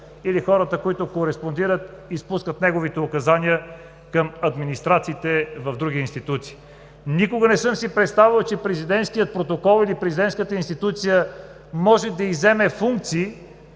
или хората, които кореспондират и спускат неговите указания към администрациите в други институции. Никога не съм си представял, че президентският протокол или президентската институция може да изземе функции